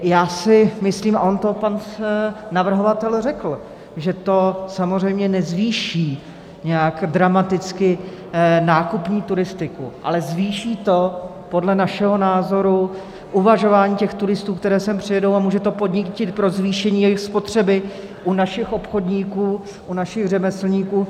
Já si myslím, a on to pan navrhovatel řekl, že to samozřejmě nezvýší nějak dramaticky nákupní turistiku, ale zvýší to podle našeho názoru uvažování těch turistů, kteří sem přijedou, a může to být podnět pro zvýšení jejich spotřeby u našich obchodníků, u našich řemeslníků.